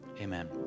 amen